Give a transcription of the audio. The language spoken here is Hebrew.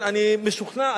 אני משוכנע,